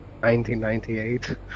1998